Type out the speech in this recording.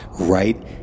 right